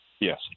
Yes